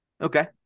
Okay